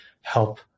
help